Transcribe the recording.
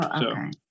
okay